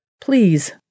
Please